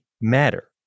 matter